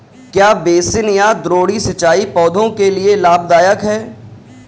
क्या बेसिन या द्रोणी सिंचाई पौधों के लिए लाभदायक है?